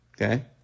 okay